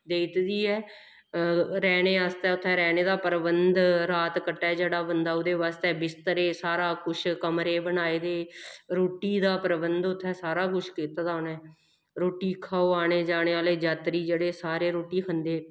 देई दित्ती दी ऐ रैह्ने आस्तै उत्थें रैह्ने दा प्रबंध रात कट्टै जेह्ड़ा बंदा ओह्दे बास्तै बिस्तरे सारा कुछ कमरे बनाए दे रुट्टी दा प्रबंध उत्थें सारा कुछ कीते दा उ'नें रुट्टी खाओ आने जाने आह्ले जात्तरी जेह्ड़े सारे रुट्टी खंदे